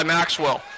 Maxwell